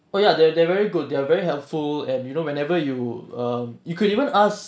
oh ya they're they're very good they're very helpful and you know whenever you um you could even ask